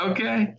Okay